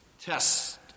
test